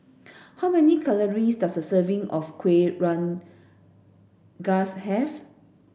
how many calories does a serving of Kueh Rengas have